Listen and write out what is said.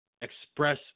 express